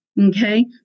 okay